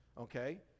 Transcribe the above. okay